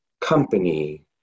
company